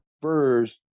first